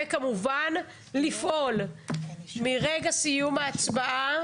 וכמובן לפעול, מרגע סיום ההצבעה,